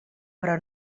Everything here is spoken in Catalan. però